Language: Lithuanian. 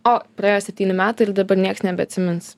o praėjo septyni metai ir dabar niekas nebeatsimins